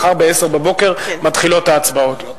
מחר ב-10:00 בבוקר מתחילות ההצבעות.